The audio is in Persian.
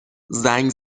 زنگ